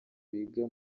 biga